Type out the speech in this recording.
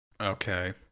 Okay